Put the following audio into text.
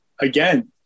again